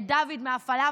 את דוד מהפלאפל.